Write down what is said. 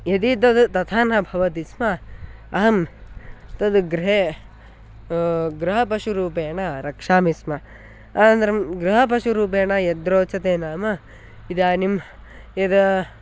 यदि तद् तथा न भवति स्म अहं तद् गृहे गृहपशुरूपेण रक्षामि स्म अनन्तरं गृहपशुरूपेण यद्रोचते नाम इदानीं यदा